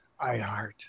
iHeart